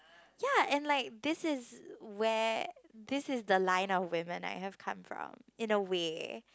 ya and like this is where this is the line of women I have come from in a way